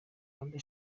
rwanda